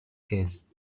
case